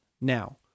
now